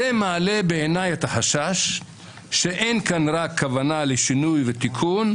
זה מעלה בעיניי את החשש שאין כאן רק כוונה לשינוי ותיקון,